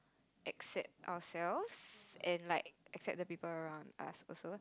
accept ourselves and like accept the people around us also